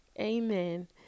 amen